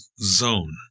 zone